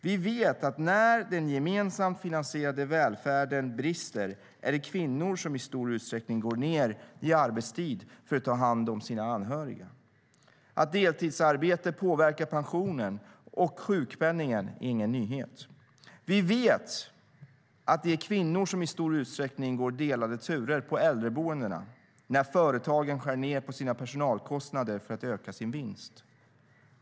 Vi vet att när den gemensamt finansierade välfärden brister är det kvinnor som i stor utsträckning går ned i arbetstid för att ta hand om sina anhöriga. Att deltidsarbete påverkar pensionen och sjukpenningen är ingen nyhet. Vi vet att det är kvinnor som i stor utsträckning går delade turer på äldreboendena när företagen skär ned på sina personalkostnader för att öka sin vinst.